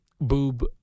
boob